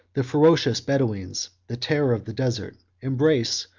the ferocious bedoweens, the terror of the desert, embrace,